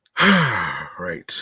Right